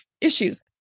issues